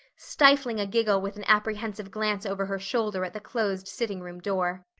stifling a giggle with an apprehensive glance over her shoulder at the closed sitting-room door.